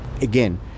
Again